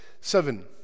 Seven